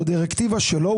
זו דירקטיבה שלו.